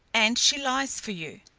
and she lies for you.